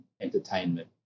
entertainment